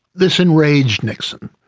this enraged nixon.